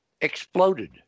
exploded